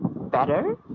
better